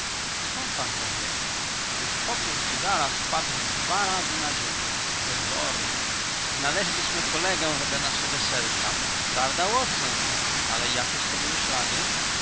skąd pan to wie gdyż popiół z cygara spadł dwa razy na ziemię wybornie znaleźliśmy kolegę wedle naszego serca prawda watson ale jakież to były ślady